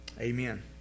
Amen